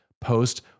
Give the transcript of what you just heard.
post